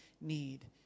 need